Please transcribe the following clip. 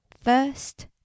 First